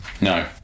No